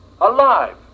Alive